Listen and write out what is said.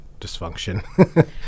dysfunction